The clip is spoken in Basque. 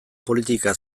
politika